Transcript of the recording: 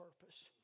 purpose